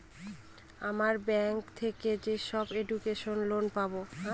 আমরা ব্যাঙ্ক থেকে যেসব এডুকেশন লোন পাবো